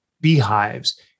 beehives